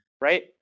right